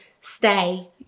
stay